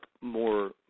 more